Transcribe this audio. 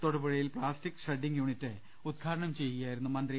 തൊടുപുഴയിൽ plastic shredding unit ഉദ്ഘാടനം ചെയ്യുകയായിരുന്നു മന്ത്രി